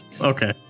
Okay